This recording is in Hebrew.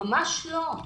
ממש לא.